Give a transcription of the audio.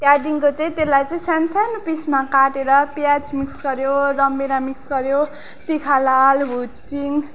त्यहाँदेखिको चाहिँ त्यसमाै चाहिँ सानो सानो पिसमा काटेर प्याज मिक्स गर्यो रमभेडा मिक्स गर्यो तिखालाल हुचिङ